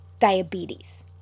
diabetes